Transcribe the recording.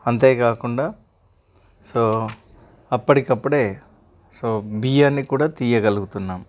అంతే కాకుండా సో అప్పటికి అప్పుడే సో బియ్యాన్ని కూడా తియ్యగలుగుతున్నాం